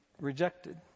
rejected